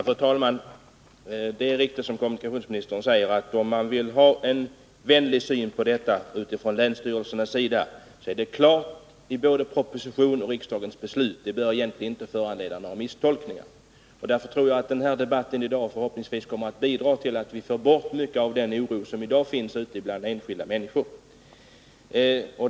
Fru talman! Det är riktigt som kommunikationsministern säger att länsstyrelserna kan ha en positiv syn på den här frågan utifrån både propositionen och riksdagens beslut. Det bör egentligen inte finnas några anledningar till misstolkningar. Förhoppningsvis kommer debatten här i dag att bidra till att mycket av den oro som finns hos enskilda människor försvinner.